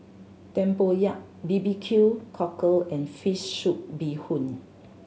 tempoyak B B Q Cockle and fish soup bee hoon